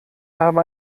habe